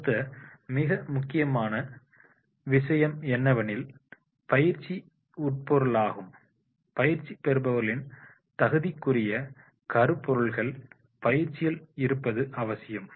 அடுத்த மிக முக்கியமான விஷயம் என்னவென்றால் பயிற்சியின் உட்பொருளாகும் பயிற்சி பெறுபவர்களின் தகுதிக்குரிய கருப்பொருள்கள் பயிற்சியில் இருப்பது அவசியம்